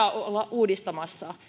uudistamassa